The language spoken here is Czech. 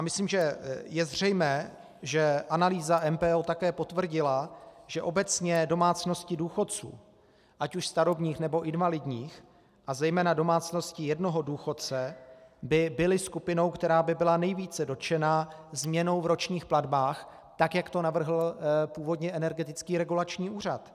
Myslím, že je zřejmé, že analýza MPO také potvrdila, že obecně domácnosti důchodců, ať už starobních, nebo invalidních, a zejména domácnosti jednoho důchodce, by byly skupinou, která by byla nejvíce dotčena změnou v ročních platbách, tak jak to navrhl původně Energetický regulační úřad.